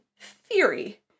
theory